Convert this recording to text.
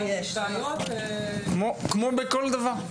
כמו בכל דבר,